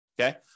okay